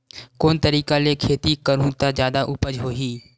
कोन तरीका ले खेती करहु त जादा उपज होही?